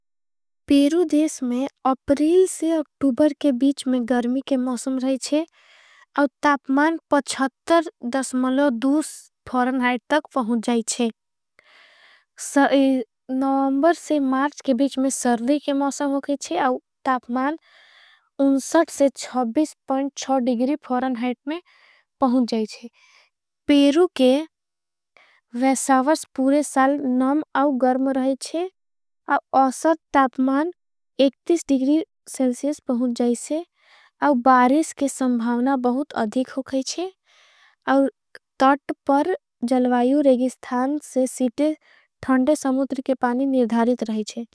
पेरु देश में अप्रिल से अक्टूबर के बीच में गर्मी के मौसम रही। छे आओ तापमान फ़रन हाइट तक पहुँच जाई छे नौवंबर से। मार्च के बीच में सरदी के मौसम हो गयी छे आओ तापमान। फ़रन हाइट में पहुँच जाई छे पेरु के वैसावर्स पूरे साल। नौवं आओ गर्म रही छे आओ आसत तापमान दिग्री सेल्सियस पहुँ जाई छे आओ बारिस के संभावना बहुत। अधिक हो गयी छे आओ तट पर जल वायू रेगिस्थान से। सीटे थंडे समुतर के पानी निर्धारित रही छे।